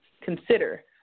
consider